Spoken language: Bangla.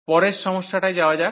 পরের সমস্যাতায় যাওয়া যাক